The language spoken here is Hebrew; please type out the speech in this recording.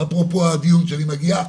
אפרופו הדיון שאני מגיע,